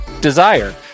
Desire